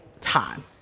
time